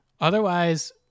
Otherwise